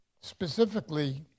specifically